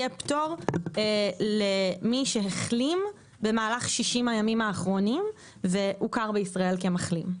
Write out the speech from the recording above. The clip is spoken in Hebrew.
יהיה פטור למי שהחלים במהלך 60 הימים האחרונים והוכר בישראל כמחלים.